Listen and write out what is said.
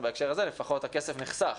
ובהקשר הזה לפחות הכסף נחסך.